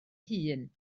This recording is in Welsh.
hun